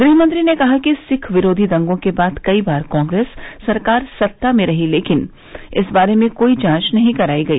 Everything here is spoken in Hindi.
गृहमंत्री ने कहा कि सिख विरोधी दंगों के बाद कई बार कांग्रेस सरकार सत्ता में रही लेकिन इस बारे में कोई जांच नहीं कराई गई